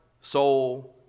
soul